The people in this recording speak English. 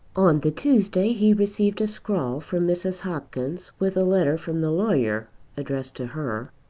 on the tuesday he received a scrawl from mrs. hopkins with a letter from the lawyer addressed to her.